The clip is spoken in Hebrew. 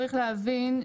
צריך להבין,